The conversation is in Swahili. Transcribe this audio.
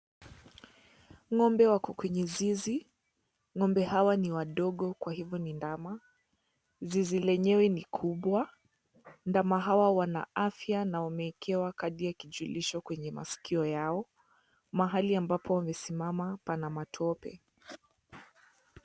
Ng'ombe wako kwenye zizi, ng'ombe hawa ni wadogo kwa hivo ni ndama, zizi lenyewe ni kubwa, ndama hawa wana afya na wameekewa kadi ya kijulisho kwenye maskio yao, mahali ambapo wamesimama pana matope.